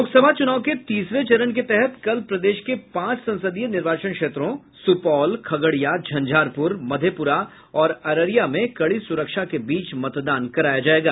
लोकसभा चुनाव के तीसरे चरण के तहत कल प्रदेश के पांच संसदीय निर्वाचन क्षेत्रों सुपौल खगड़िया झंझारपुर मधेपुरा और अररिया में कड़ी सुरक्षा के बीच मतदान कराया जायेगा